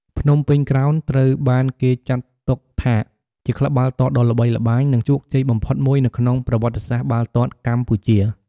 ភ្នំពេញក្រោនត្រូវបានគេចាត់ទុកថាជាក្លឹបបាល់ទាត់ដ៏ល្បីល្បាញ និងជោគជ័យបំផុតមួយនៅក្នុងប្រវត្តិសាស្ត្របាល់ទាត់កម្ពុជា។